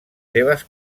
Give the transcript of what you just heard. seves